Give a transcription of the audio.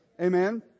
amen